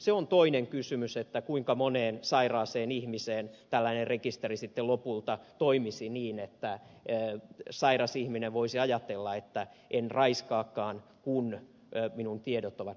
se on toinen kysymys kuinka moneen sairaaseen ihmiseen tällainen rekisteri sitten lopulta toimisi niin että sairas ihminen voisi ajatella että en raiskaakaan kun minun tietoni ovat dna rekisterissä